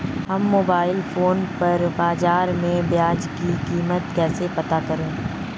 हम mobile phone पर बाज़ार में प्याज़ की कीमत कैसे पता करें?